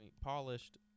polished